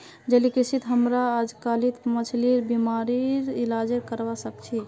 जलीय कृषित हमरा अजकालित मछलिर बीमारिर इलाजो करवा सख छि